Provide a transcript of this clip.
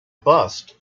bust